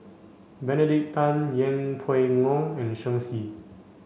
Benedict Tan Yeng Pway Ngon and Shen Xi